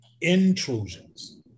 Intrusions